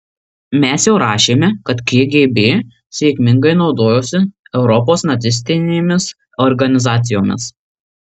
mes jau rašėme kad kgb sėkmingai naudojosi europos nacistinėmis organizacijomis